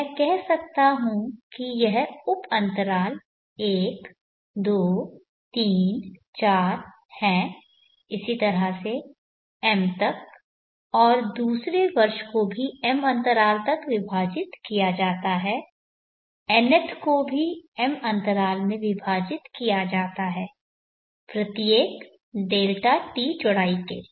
अब मैं कह सकता हूं कि यह उप अंतराल 1234 है इसी तरह से m तक और दूसरे वर्ष को भी m अंतराल तक विभाजित किया जाता है nth को भी m अंतराल में विभाजित किया जाता है प्रत्येक Δt चौड़ाई के